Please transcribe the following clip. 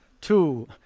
two